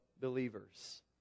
believers